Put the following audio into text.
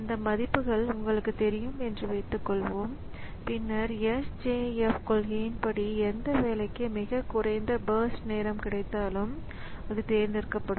இந்த மதிப்புகள் உங்களுக்குத் தெரியும் என்று வைத்துக்கொள்வோம் பின்னர் SJF கொள்கையின்படி எந்த வேலைக்கு மிகக் குறைந்த பர்ஸ்ட் நேரம் கிடைத்தாலும் அது தேர்ந்தெடுக்கப்படும்